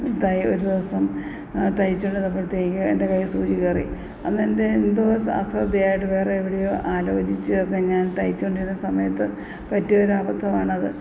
ഒരു ദിവസം തയ്ച്ചോണ്ടിരുന്നപ്പോഴത്തേക്ക് എൻ്റെ കയ്യില് സൂചി കയറി അന്നെൻ്റെ എന്തോ അശ്രദ്ധയായിട്ട് വേറെവിടെയോ ആലോചിച്ച് പിന്നെ ഞാൻ തയ്ച്ചുകൊണ്ടിരുന്ന സമയത്ത് പറ്റിയൊരബദ്ധാണത്